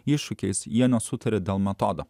iššūkiais jie nesutaria dėl metodo